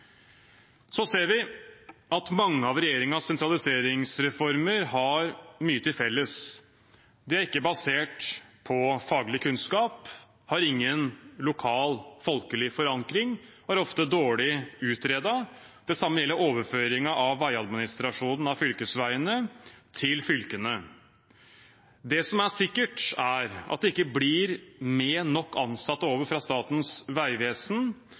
Så ser vi at mange av regjeringens sentraliseringsreformer har mye til felles. De er ikke basert på faglig kunnskap, de har ingen lokal folkelig forankring, og de er ofte dårlig utredet. Det samme gjelder overføringen av veiadministrasjonen av fylkesveiene til fylkene. Det som er sikkert, er at det ikke blir med nok ansatte over fra Statens vegvesen,